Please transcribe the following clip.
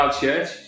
church